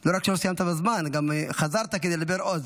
לא רק שלא סיימת בזמן, גם חזרת כדי לדבר עוד.